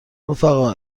رفقا